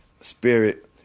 spirit